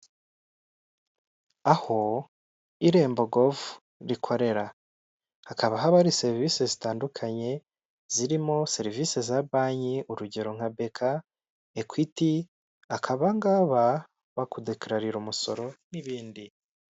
Aho irembo govu rikorera hakaba hakaba hari serivisi zitandukanye zirimo serivisi za banki urugero nka beka ekwiti akaba ahangaha bakudekararira umusoro n'ibindi.